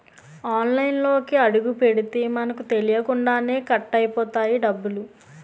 ఆన్లైన్లోకి అడుగుపెడితే మనకు తెలియకుండానే కట్ అయిపోతాయి డబ్బులు